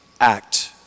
act